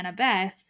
Annabeth